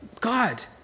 God